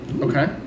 Okay